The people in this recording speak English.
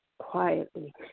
Quietly